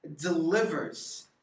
delivers